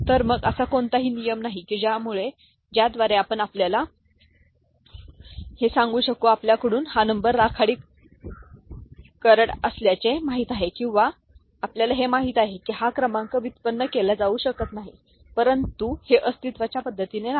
तर मग असा कोणताही नियम आहे की ज्याद्वारे आपण आपल्याला हे सांगू शकू आपल्याकडून हा नंबर राखाडी करड असल्याचे माहित आहे किंवा आपल्याला हे माहित आहे की हा क्रमांक व्युत्पन्न केला जाऊ शकत नाही परंतु हे आस्तित्वाच्या पद्धतीने नाही